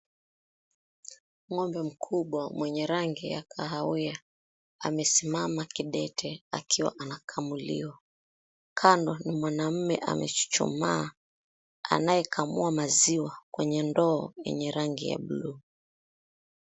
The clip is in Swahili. Ng'ombe mkubwa mwenye rangi ya kahawia amesimama kidete akiwa anakamuliwa. Kando ni mwanaume amechuchumaa anayekamua maziwa kwenye ndoo yenye rangi ya buluu.